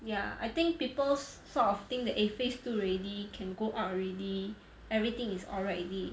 ya I think people sort of think that eh phase two already can go out already everything is alright already